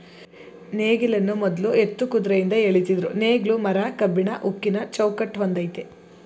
ನೇಗಿಲನ್ನು ಮೊದ್ಲು ಎತ್ತು ಕುದ್ರೆಯಿಂದ ಎಳಿತಿದ್ರು ನೇಗ್ಲು ಮರ ಕಬ್ಬಿಣ ಉಕ್ಕಿನ ಚೌಕಟ್ ಹೊಂದಯ್ತೆ